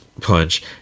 punch